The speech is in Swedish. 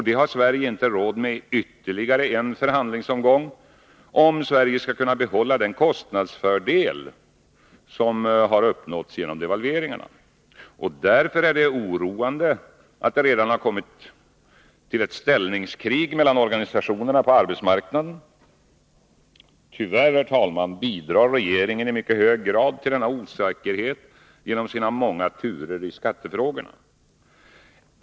Det har Sverige inte råd med i ytterligare en förhandlingsomgång, om Sverige skall kunna behålla den kostnadsfördel som har uppnåtts genom devalveringarna. Därför är det oroande att det redan har kommit till ett ställningskrig mellan organisationerna på arbetsmarknaden. Tyvärr, herr talman, bidrar regeringen i mycket hög grad till osäkerheten genom sina många turer i skattefrågorna.